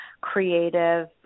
creative